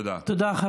תודה.